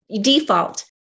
default